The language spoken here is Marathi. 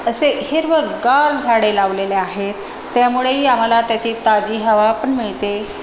असे हिरवंगार झाडे लावलेले आहे त्यामुळेही आम्हाला त्याची ताजी हवा पण मिळते